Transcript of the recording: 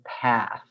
path